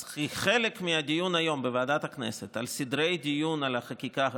אז חלק מהדיון היום בוועדת הכנסת על סדרי הדיון בחקיקה הזאת,